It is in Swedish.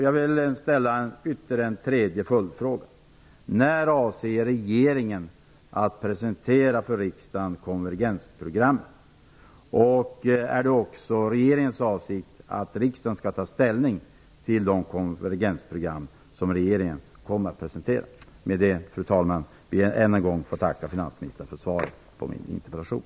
Jag vill ställa ytterligare följdfrågor: När avser regeringen att för riksdagen presentera konvergensprogrammet? Är det också regeringens avsikt att riksdagen skall ta ställning till det konvergensprogram som regeringen kommer att presentera? Fru talman! Med detta vill jag än en gång tacka finansministern för svaret på min interpellation.